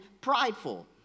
prideful